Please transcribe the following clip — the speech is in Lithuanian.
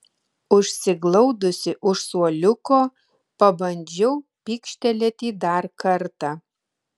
užsiglaudusi už suoliuko pabandžiau pykštelėti dar kartą